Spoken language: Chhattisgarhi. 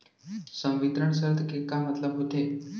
संवितरण शर्त के का मतलब होथे?